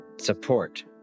support